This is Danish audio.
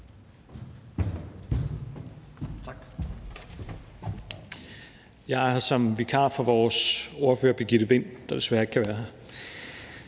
Jeg er her som vikar for vores ordfører, Birgitte Vind, der desværre ikke kan være her.